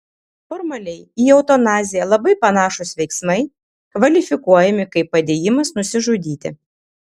formaliai į eutanaziją labai panašūs veiksmai kvalifikuojami kaip padėjimas nusižudyti